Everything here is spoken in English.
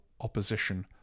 opposition